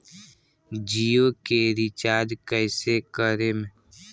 जियो के रीचार्ज कैसे करेम?